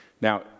Now